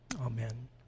Amen